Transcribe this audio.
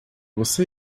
você